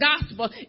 gospel